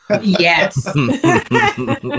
yes